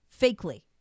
fakely